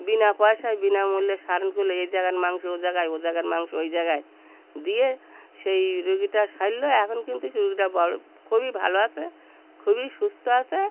বিনা পয়সায় বিনামূল্যে সারণ করল এই জায়গার মাংস ও জায়গায় ও জায়গার মাংস ওই জায়গায় দিয়ে সেই রোগীটা সারল এখন কিন্তু সেই রোগীটা বড় খুবই ভালো আছে খুবই সুস্থ আছে